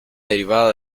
derivada